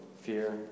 fear